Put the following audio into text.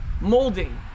molding